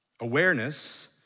Awareness